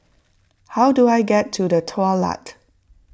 how do I get to the Daulat